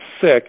sick